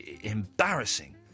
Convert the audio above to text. embarrassing